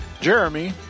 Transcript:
Jeremy